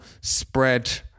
spread